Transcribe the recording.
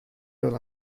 yol